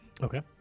Okay